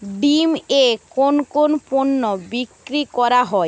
ডিম এ কোন কোন পণ্য বিক্রি করা হয়